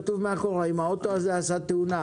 מאחור כתוב שאם הרכב הזה עשה תאונה,